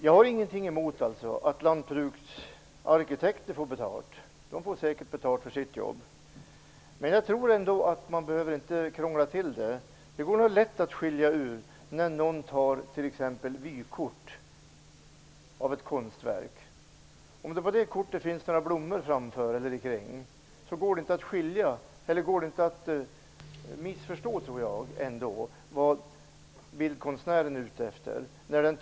Jag har ingenting emot att landskapsarkitekter får betalt för sitt arbete, men man behöver inte krångla till detta i onödan. Det går lätt att skilja ut fall där man t.ex. gör ett vykort där ett konstverk avbildas. Även om det på kortet skulle finnas några blommor i anslutning till konstverket, tror jag inte att man kan missförstå syftet med framställningen av kortet.